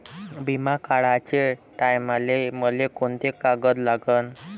बिमा काढाचे टायमाले मले कोंते कागद लागन?